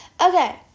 Okay